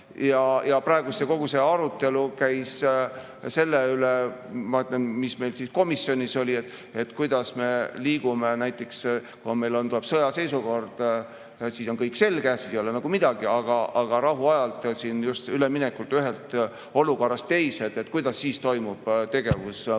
Praegu kogu see arutelu käis selle üle, mis meil komisjonis oli, et kuidas me liigume ... Näiteks, kui meil tuleb sõjaseisukord, siis on kõik selge, siis ei ole nagu midagi, aga rahuajal, just üleminekul ühelt olukorralt teisele, kuidas siis toimub tegevus